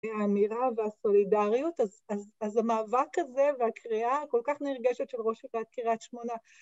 האמירה והסולידריות, אז המאבק הזה והקריאה כל כך נרגשת של ראש עיריית קריית שמונה.